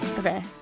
Okay